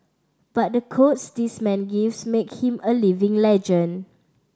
but the quotes this man gives make him a living legend